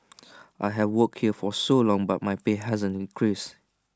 I have worked here for so long but my pay hasn't increased